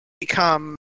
become